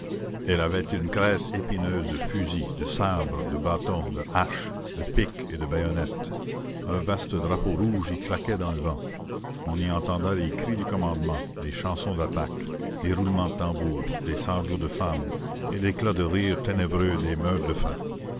elle avait une crête épineuse de fusils de sabres de bâtons de haches de piques et de bayonnettes un vaste drapeau rouge y claquait dans le vent on y entendait les cris du commandement les chansons d'attaque des roulements de tambours des sanglots de femmes et l'éclat de rire ténébreux des meurt-de-faim